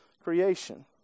creation